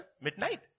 Midnight